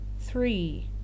three